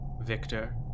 Victor